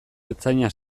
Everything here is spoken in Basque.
ertzaina